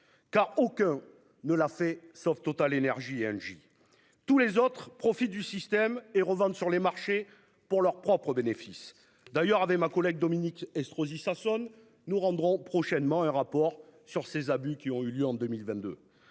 Car aucun ne l'a fait, sauf Total énergies Angie tous les autres profitent du système et revendent sur les marchés pour leur propre bénéfice d'ailleurs avec ma collègue Dominique Estrosi Sassone nous rendrons prochainement un rapport sur ces abus qui ont eu lieu en 2022.